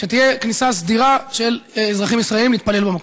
שתהיה כניסה סדירה של אזרחים ישראלים להתפלל במקום.